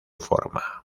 forma